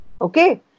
Okay